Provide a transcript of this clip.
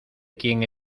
quién